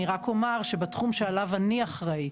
רק אומר שבתחום שעליו אני אחראית,